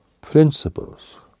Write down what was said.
principles